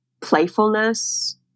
Playfulness